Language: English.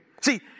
See